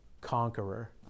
conqueror